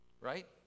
Right